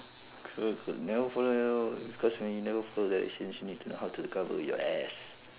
never follow cause when you never follow directions you need to know how to cover your ass